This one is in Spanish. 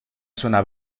zona